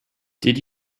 did